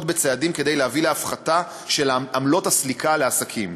צעדים כדי להביא להפחתה של עמלות הסליקה לעסקים.